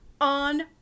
on